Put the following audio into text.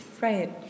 Right